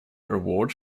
awards